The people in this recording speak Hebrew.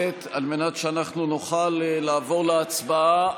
על מנת שנוכל לעבור להצבעה.